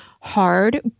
hard